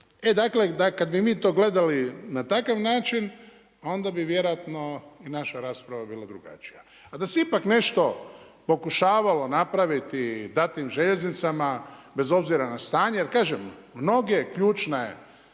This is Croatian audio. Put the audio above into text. dakle, da kad bi mi to gledali na takav način, onda bi vjerojatno i naša rasprava bila drugačija. A da se ipak nešto pokušavalo napraviti, dati željeznicama, bez obzira na stanje, jer kažem, mnoge ključne